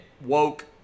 woke